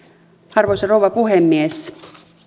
arvoisa rouva puhemies